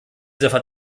dieser